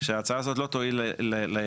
שההצעה הזאת לא תועיל ליזמים,